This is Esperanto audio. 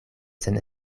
sen